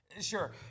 sure